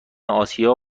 آسیا